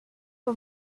for